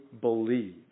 believe